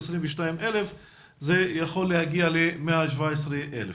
זה יכול להגיע ל-117,000.